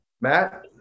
matt